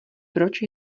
proč